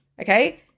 okay